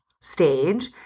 stage